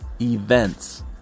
events